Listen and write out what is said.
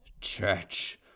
Church